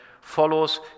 follows